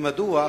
מדוע?